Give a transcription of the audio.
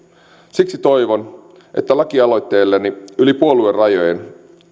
siksi toivon että lakialoitteeni yli puoluerajojen